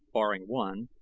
barring one,